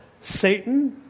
Satan